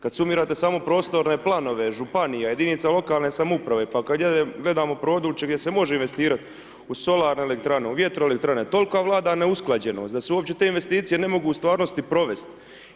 Kad sumirate samo prostorne planove, županija, jedinica lokalne samouprave pa kada gledamo područje gdje se može investirati u solarne elektrane, u vjetroelektrane tolika vlada neusklađenost da se uopće te investicije ne mogu u stvarnosti provesti.